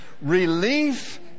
relief